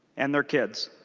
and their kids.